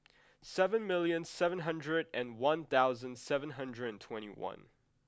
seven million seven hundred and one thousand seven hundred and twenty one